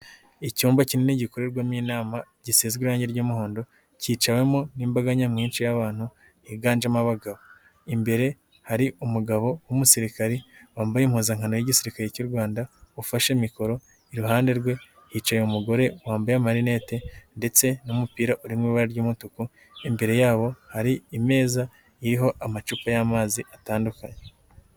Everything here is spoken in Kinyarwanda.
Icyumba kinini gikorerwamo inama gisigazwe irangi ry'umuhondo, cyicawe mo n'imbaga nyamwinshi y'abantu higanjemo abagabo, imbere hari umugabo w'umusirikare wambaye impuzankano y'igisirikare cy'u Rwanda ufashe mikoro, iruhande rwe hicaye umugore wambaye amarinete ndetse n'umupira uri mu ibara ry'umutuku, imbere yabo hari imeza iriho amacupa y'amazi atandukanye.